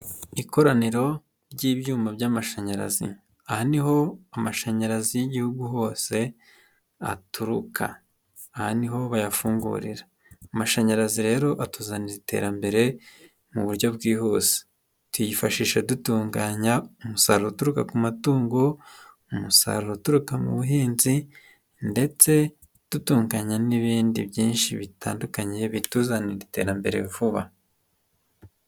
Ikoraniro ry'ibyuma by'amashanyarazi ,aha niho amashanyarazi y'igihugu hose aturuka, aha niho bayafungurira amashanyarazi rero atuzanira iterambere mu buryo bwihuse, tuyifashisha dutunganya umusaruro uturuka ku matungo ,umusaruro uturuka mu buhinzi ,ndetse dutunganya n'ibindi byinshi bitandukanye bituzanira iterambere vuba.